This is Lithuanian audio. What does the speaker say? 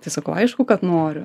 tai sakau aišku kad noriu